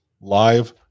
live